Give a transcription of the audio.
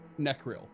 Necril